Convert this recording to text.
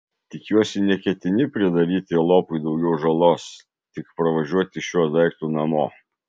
tikiuosi neketini pridaryti lopui daugiau žalos tik parvažiuoti šiuo daiktu namo